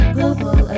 Global